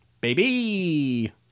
baby